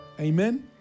Amen